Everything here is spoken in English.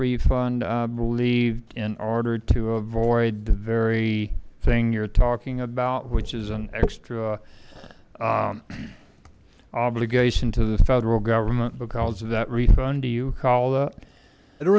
refund believed in order to avoid the very thing you're talking about which is an extra obligation to the federal government because of that refund do you call